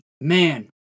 man